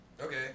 Okay